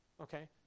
Okay